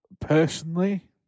personally